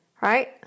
right